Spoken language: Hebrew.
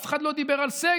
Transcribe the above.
אף אחד לא דיבר על סגר,